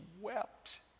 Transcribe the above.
wept